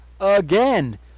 again